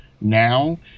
now